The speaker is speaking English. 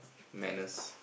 manners